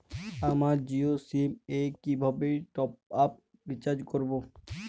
আমার Jio SIM এ কিভাবে টপ আপ রিচার্জ করবো?